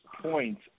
points